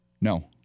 No